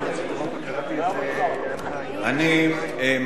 אני מחליף את שר המשפטים, כפי שאתה מבין.